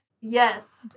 Yes